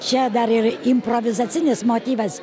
čia dar ir improvizacinis motyvas